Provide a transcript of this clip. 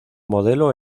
modelo